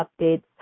updates